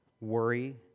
worry